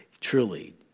Truly